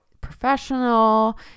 professional